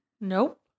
Nope